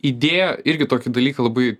idėja irgi tokį dalyką labai